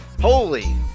holy